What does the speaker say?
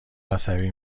عصبی